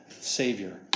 Savior